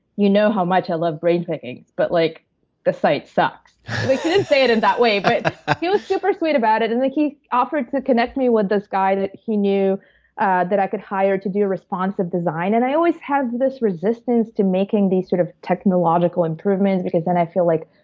you know how much i love brain pickings, but like the site sucks. like he didn't say it in that way, but ah he was super sweet about it. and like he offered to connect me with this guy that he knew and that i could hire to do responsive design. and i always have this resistance to making these sort of technological improvement because, then, i feel like,